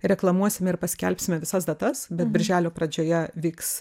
reklamuosime ir paskelbsime visas datas bet birželio pradžioje vyks